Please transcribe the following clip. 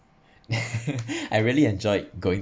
I really enjoyed going